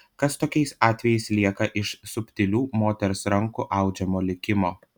kas tokiais atvejais lieka iš subtilių moters rankų audžiamo likimo